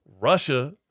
Russia